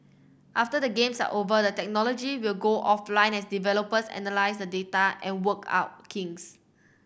after the Games are over the technology will go offline as developers analyse the data and work out kinks